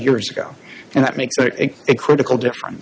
years ago and that makes it a critical differen